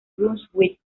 brunswick